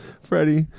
Freddie